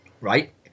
Right